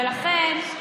ולכן,